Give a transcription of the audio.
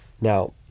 Now